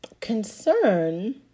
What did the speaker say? concern